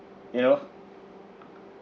you know